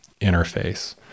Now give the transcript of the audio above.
interface